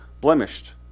blemished